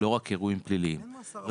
לא רק אירועים פליליים --- אין מאסר על חובות.